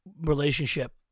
relationship